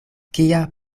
kia